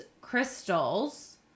crystals